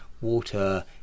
water